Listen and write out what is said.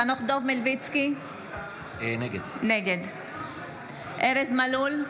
נגד חנוך דב מלביצקי, נגד ארז מלול,